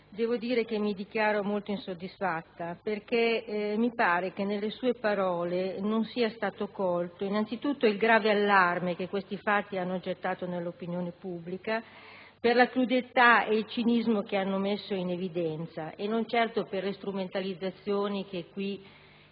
Fazio, mi dichiaro molto insoddisfatta perché mi sembra che dalle sue parole non emerga innanzitutto il grave allarme che questi fatti hanno determinato nell'opinione pubblica, per la crudeltà e il cinismo che hanno messo in evidenza e non certo per le strumentalizzazioni che